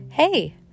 Hey